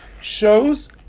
shows